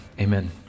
amen